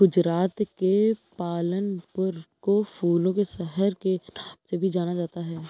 गुजरात के पालनपुर को फूलों के शहर के नाम से भी जाना जाता है